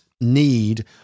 need